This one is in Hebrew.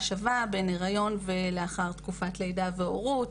שווה בין היריון לבין לאחר תקופת לידה והורות.